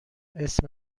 اسم